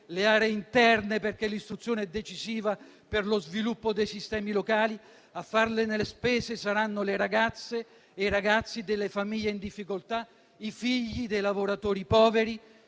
le aree interne, perché l'istruzione è decisiva per lo sviluppo dei sistemi locali. A farne le spese saranno le ragazze e i ragazzi delle famiglie in difficoltà, i figli dei lavoratori poveri.